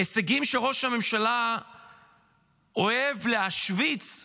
הישגים שראש הממשלה אוהב להשוויץ בהם,